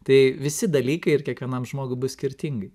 tai visi dalykai ir kiekvienam žmogui bus skirtingai